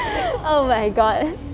pl~ oh my god